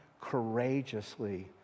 courageously